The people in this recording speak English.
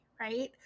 right